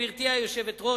גברתי היושבת-ראש,